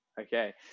Okay